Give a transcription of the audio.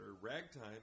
Ragtime